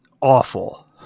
awful